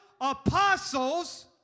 apostles